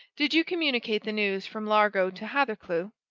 did you communicate the news from largo to hathercleugh?